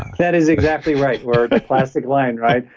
that is exactly right. we're at the plastic line, right?